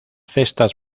cestas